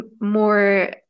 more